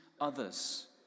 others